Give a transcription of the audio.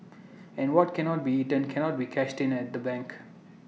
and what cannot be eaten cannot be cashed in at the bank